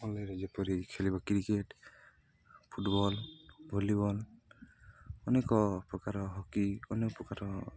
ଅନ୍ଲାଇନ୍ରେ ଯେପରି ଖେଳିବ କ୍ରିକେଟ ଫୁଟବଲ୍ ଭଲିବଲ ଅନେକ ପ୍ରକାର ହକି ଅନେକ ପ୍ରକାର